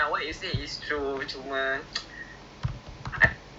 ya possibly because um even a lot of like muslim